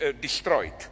destroyed